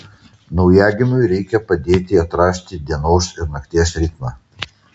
naujagimiui reikia padėti atrasti dienos ir nakties ritmą